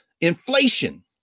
Inflation